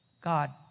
God